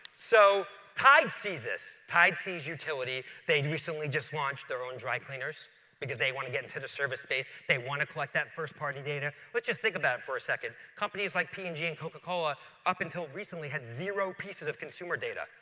so tide sees this. tide sees utility. they had recently just launched their own dry cleaners because they want to get into the service space. they want to collect that first-party data but just think about it for a second, companies like p and g and coca-cola up until recently had zero pieces of consumer data.